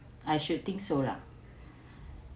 I should think so lah